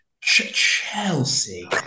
Chelsea